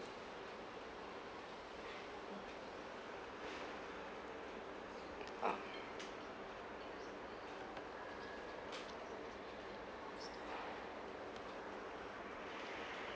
ah